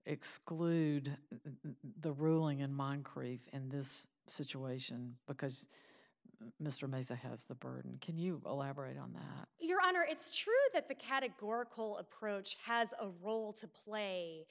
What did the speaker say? exclude the ruling in mine crieff in this situation because mr meza has the burden can you elaborate on that your honor it's true that the categorical approach has a role to play